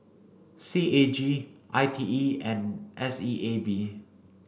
C A G I T E and S E A B